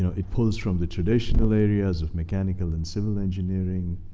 you know it pulls from the traditional areas of mechanical and civil engineering,